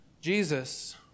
Jesus